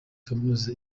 kaminuza